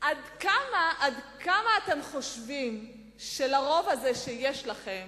עד כמה אתם חושבים שברוב הזה שיש לכם